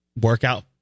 workout